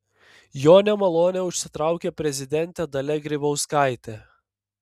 jo nemalonę užsitraukė prezidentė dalia grybauskaitė